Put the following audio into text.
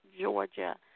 Georgia